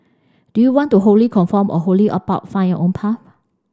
do you want to wholly conform or wholly opt out find your own path